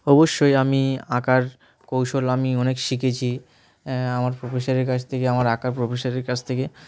অবশ্যই আমি আঁকার কৌশল আমি অনেক শিখেছি আমার প্রফেসরের কাছ থেকে আমার আঁকার প্রফেসরের কাছ থেকে